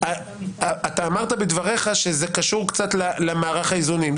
אתה אמרת בדבריך שזה קשור קצת למערך האיזונים.